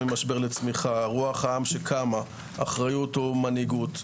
ממשבר לצמיחה; הרוח העם שקמה; אחריות ומנהיגות,